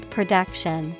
Production